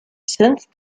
since